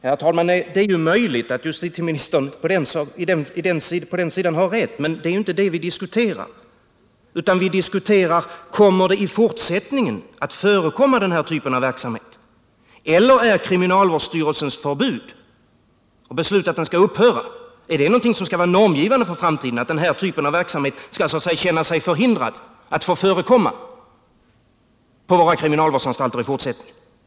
Herr talman! Det är ju möjligt att justitieministern på den sidan har rätt, men det är inte det vi diskuterar. Vad vi diskuterar är: Kommer den här typen av verksamhet att bedrivas i fortsättningen? Eller är kriminalvårdsstyrelsens förbud och beslutet att verksamheten skall upphöra någonting som skall vara normgivande för framtiden, så att den här typen av verksamhet skall så att säga hindras från att förekomma på våra kriminalvårdsanstalter i fortsättningen?